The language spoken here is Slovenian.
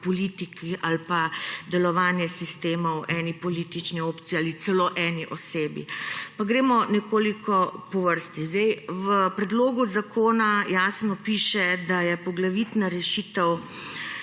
ali pa delovanje sistemov eni politični opciji ali celo eni osebi. Pa gremo nekoliko po vrsti. V predlogu zakona jasno piše, da je poglavitna rešitev